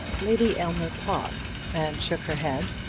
lady aylmer paused, and shook her head,